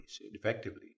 effectively